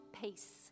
peace